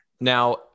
now